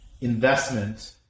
investment